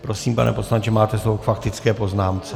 Prosím, pane poslanče, máte slovo k faktické poznámce.